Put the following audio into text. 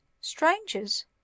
Strangers